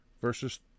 verses